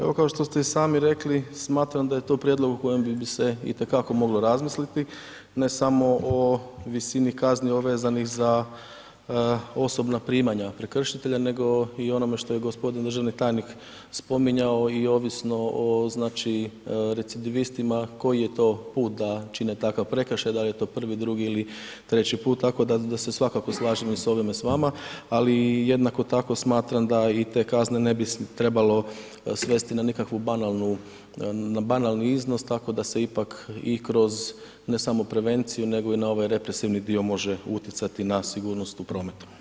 Evo kao što ste i sami rekli smatram da je to prijedlog o kojem bi se itekako moglo razmisliti, ne samo o visini kazne vezanih za osobna primanja prekršitelja nego i o onome što je g. državni tajnik spominjao i ovisno o recidivistima koji je to put da čine takav prekršaj, da li je to prvi, drugi ili treći put, tako da se svakako slažem i s ovime s vama, ali jednako tako smatram da i te kazne ne bi trebalo svesti na nekakvi banalni iznos tako da se ipak i kroz ne samo prevenciju nego i na ovaj represivni dio može utjecati na sigurnost u prometu.